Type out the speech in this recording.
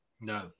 No